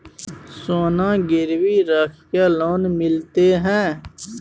सोना गिरवी रख के लोन मिलते है?